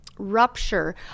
rupture